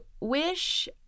wish